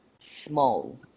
small